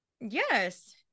yes